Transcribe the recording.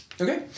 Okay